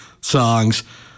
songs